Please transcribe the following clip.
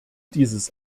dieses